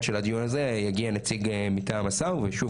האמת שלדיון הזה יגיע נציג מטעם השר ושוב,